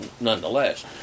nonetheless